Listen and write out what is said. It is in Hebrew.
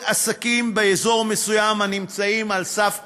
עסקים באזור מסוים הנמצאים על סף קריסה.